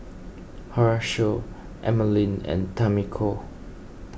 Horacio Emaline and Tamiko